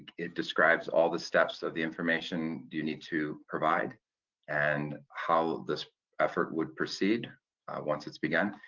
it describes all the steps of the information you need to provide and how this effort would proceed once it's begun.